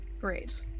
great